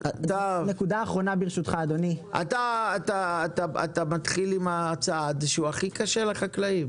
ברשותך --- אתה מתחיל עם הצעד שהוא הכי קשה לחקלאים